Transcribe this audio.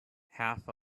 half